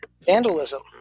vandalism